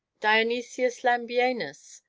dionysius lambienus,